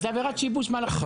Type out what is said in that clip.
זה עבירת שיבוש מהלכי משפט.